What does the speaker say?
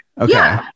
Okay